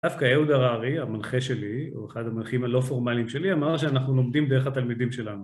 דווקא אהוד הרארי, המנחה שלי, או אחד המנחים הלא פורמליים שלי, אמר שאנחנו לומדים דרך התלמידים שלנו.